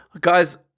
Guys